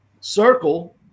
circle